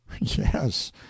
Yes